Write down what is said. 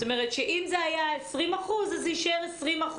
זאת אומרת שאם זה היה 20% אז זה יישאר 20%,